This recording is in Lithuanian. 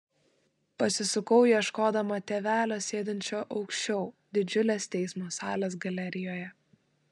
pasisukau ieškodama tėvelio sėdinčio aukščiau didžiulės teismo salės galerijoje